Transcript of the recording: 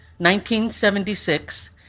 1976